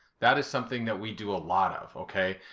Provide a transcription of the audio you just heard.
that is something that we do a lot of, okay?